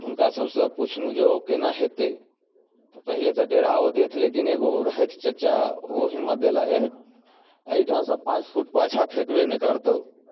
तऽ हुनका सभसँ पुछलहुँ जे ओ केना हेतै तऽ पहिले तऽ डराओ देथि लेकिन एगो रहथि चचा ओ हिम्मत देलाह एह एहिठामसँ पाँच फुट पाछाँ फेकबे ने करतौ